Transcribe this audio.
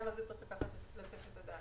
גם על זה צריך לתת את הדעת.